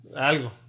algo